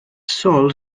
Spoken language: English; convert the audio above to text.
sole